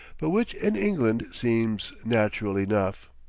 but which in england seems natural enough.